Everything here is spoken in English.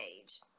Age